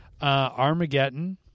Armageddon